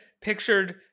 pictured